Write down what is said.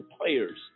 players